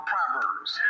Proverbs